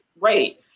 right